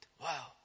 wow